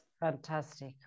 Fantastic